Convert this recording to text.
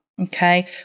Okay